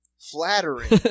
flattering